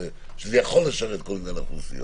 שזה יכול לשרת את כל מגוון האוכלוסיות.